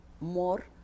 more